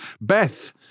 Beth